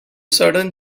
suddenly